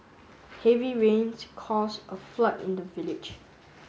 heavy rains caused a flood in the village